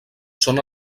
són